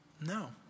No